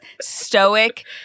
stoic